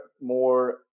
more